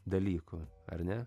dalykų ar ne